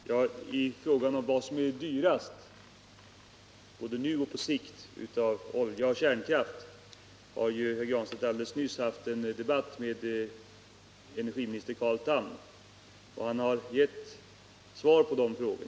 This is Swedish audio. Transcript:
Herr talman! I fråga om vilket som är dyrast, olja eller kärnkraft, både nu och på sikt har ju herr Granstedt alldeles nyss haft en debatt med energiministern Carl Tham, som har gett svar på den frågan.